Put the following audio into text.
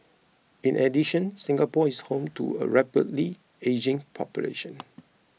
in addition Singapore is home to a rapidly ageing population